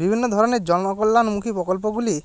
বিভিন্ন ধরনের জনকল্যাণমুখী প্রকল্পগুলি